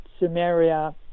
Sumeria